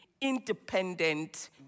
independent